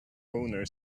owner